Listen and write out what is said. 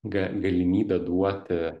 ga galimybė duoti